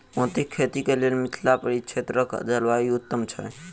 मोतीक खेती केँ लेल मिथिला परिक्षेत्रक जलवायु उत्तम छै?